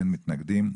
אין מתנגדים.